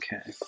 Okay